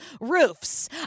roofs